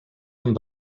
amb